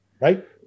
Right